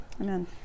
Amen